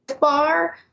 Bar